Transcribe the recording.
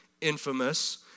infamous